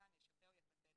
התשע"ח-2018,